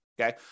okay